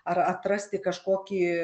ar atrasti kažkokį